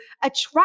attract